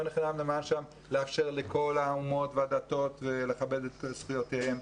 לא לחינם נאמר שם לאפשר לכל האומות והדתות ולכבד את זכויותיהם.